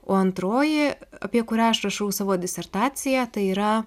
o antroji apie kurią aš rašau savo disertaciją tai yra